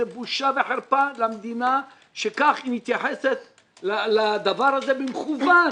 זאת בושה וחרפה למדינה שכך היא מתייחסת לדבר הזה במכוון.